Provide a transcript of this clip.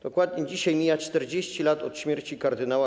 Dokładnie dzisiaj mija 40 lat od śmierci kard.